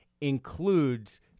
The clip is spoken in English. includes